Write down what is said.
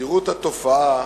תדירות התופעה